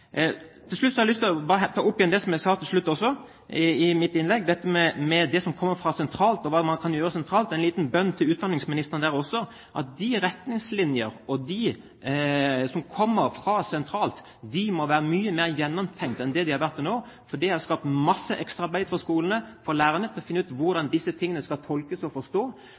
Til slutt har jeg bare lyst til å ta opp igjen det som jeg sa til slutt i mitt innlegg, dette med hva som kommer fra sentralt hold, og hva man kan gjøre sentralt: en liten bønn til utdanningsministeren der også om at de retningslinjer og det som kommer fra sentralt hold, må være mye mer gjennomtenkt enn det har vært til nå. Det har skapt mye ekstraarbeid for skolene og lærerne å finne ut hvordan dette skal tolkes og